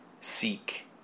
seek